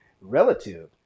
relative